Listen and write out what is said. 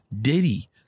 diddy